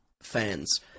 fans